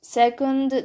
second